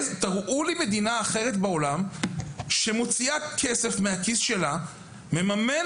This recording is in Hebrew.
תראו לי מדינה אחרת בעולם שמוציאה כסף מכיסה ומממנת